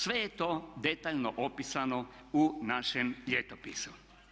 Sve je to detaljno opisano u našem ljetopisu.